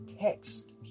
text